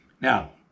Now